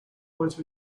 might